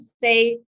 say